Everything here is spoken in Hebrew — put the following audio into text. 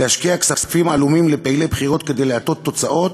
להשקיע כספים עלומים בפעילי בחירות כדי להטות תוצאות,